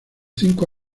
cinco